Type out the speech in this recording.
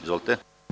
Izvolite.